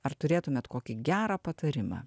ar turėtumėt kokį gerą patarimą